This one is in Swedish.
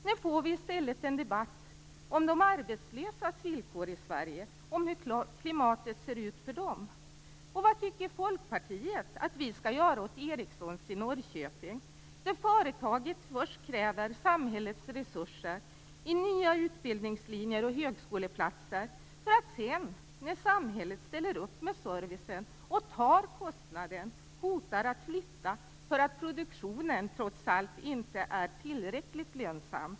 När får vi i stället en debatt om hur klimatet ser ut för de arbetslösa i Sverige? Vad tycker Folkpartiet att vi skall göra åt Ericsson i Norrköping? Först kräver företaget samhällets resurser i nya utbildningslinjer och högskoleplatser för att sedan, när samhället ställer upp med servicen och tar kostnaden, hota att flytta för att produktionen trots allt inte är tillräckligt lönsam.